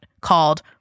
called